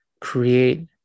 create